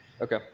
Okay